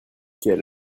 quel